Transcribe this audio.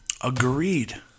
Agreed